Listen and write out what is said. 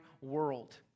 world